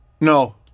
No